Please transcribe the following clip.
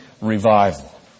revival